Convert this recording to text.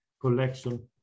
collection